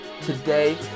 today